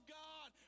god